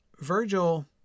Virgil